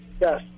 Yes